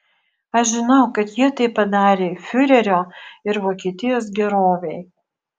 aš žinau kad jie tai padarė fiurerio ir vokietijos gerovei